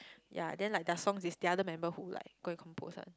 yea then like their songs is the other member who like go and compose ah